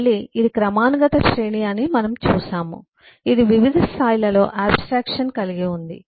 మళ్ళీ ఇది క్రమానుగత శ్రేణి అని మనము చూశాము ఇవి వివిధ స్థాయిలలో అబ్స్ట్రక్షన్ కలిగి ఉంటుంది